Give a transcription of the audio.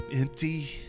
empty